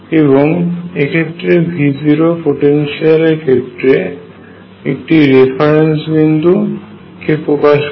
এবং এক্ষেত্রে V0 potential এর ক্ষেত্রে একটি রেফারেন্স বিন্দু কে প্রকাশ করে